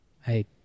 Hey